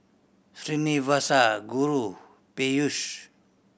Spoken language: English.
Srinivasa Guru Peyush